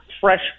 fresh